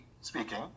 speaking